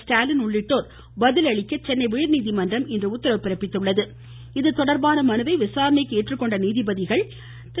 ஸ்டாலின் உள்ளிட்டோர் பதில் அளிக்க சென்னை உயர்நீதிமன்றம் இன்று உத்தரவிட்டுள்ளது இதுதொடர்பான மனுவை விசாரணைக்கு ஏற்றுக்கொண்ட நீதிபதிகள் திரு